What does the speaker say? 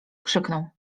krzyknął